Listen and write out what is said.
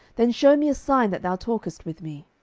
then shew me a sign that thou talkest with me.